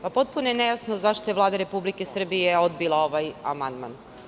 Potpuno je nejasno zašto je Vlada Republike Srbije odbila ovaj amandman.